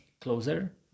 closer